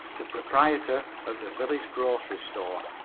the proprietor of the village grocery store.